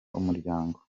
umuryango